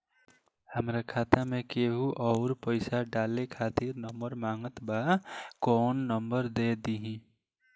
हमार खाता मे केहु आउर पैसा डाले खातिर नंबर मांगत् बा कौन नंबर दे दिही?